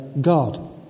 God